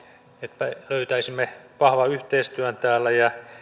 että löytäisimme vahvan yhteistyön täällä ja